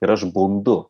ir aš bundu